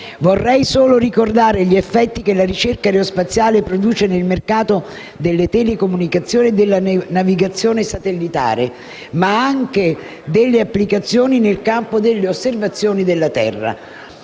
Vorrei solo ricordare gli effetti che la ricerca aerospaziale produce nel mercato delle telecomunicazioni e della navigazione satellitare, ma anche delle applicazioni nel campo delle osservazioni della Terra.